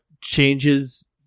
changes